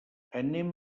anem